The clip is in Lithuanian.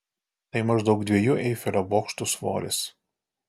tai maždaug dviejų eifelio bokštų svoris